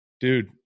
dude